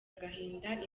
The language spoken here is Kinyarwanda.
agahinda